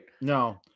No